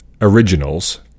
Originals